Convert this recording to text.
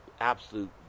absolute